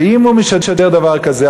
ואם הוא משדר דבר כזה,